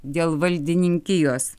dėl valdininkijos